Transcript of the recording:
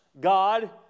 God